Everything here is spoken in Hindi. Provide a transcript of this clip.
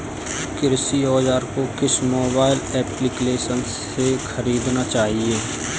कृषि औज़ार को किस मोबाइल एप्पलीकेशन से ख़रीदना चाहिए?